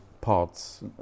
parts